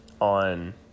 on